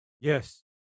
Yes